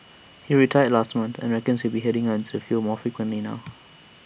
he retired last month and reckons he will be heading out into the field more frequently now